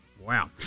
wow